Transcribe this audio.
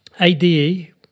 ADE